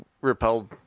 repelled